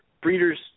breeders